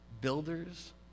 builders